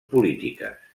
polítiques